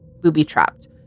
booby-trapped